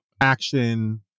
Action